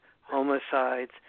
homicides